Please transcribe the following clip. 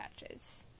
patches